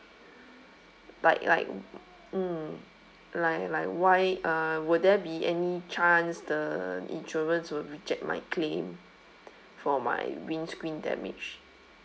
like like mm like like why will there be any chance the insurance will reject my claim for my windscreen damage